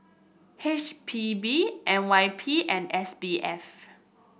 H P B N Y P and S B F